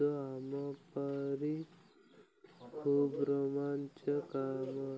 ତ ଆମ ପରି ଖୁବ ରୋମାଞ୍ଚ